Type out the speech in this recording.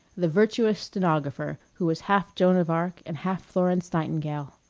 the virtuous stenographer, who was half joan of arc and half florence nightingale.